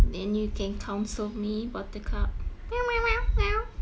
then you can counsel me buttercup